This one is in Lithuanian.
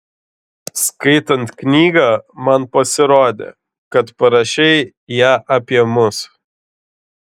skaitant knygą man pasirodė kad parašei ją apie mus